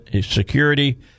security